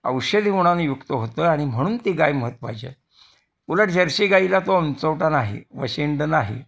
औषधी गुणांनीयुक्त होतं आणि म्हणून ती गाय महत्त्वाची आहे उलट जर्शी गाईला तो उंचवटा नाही वशिंड नाही